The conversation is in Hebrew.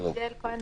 שלום.